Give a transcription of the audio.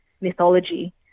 mythology